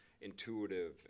intuitive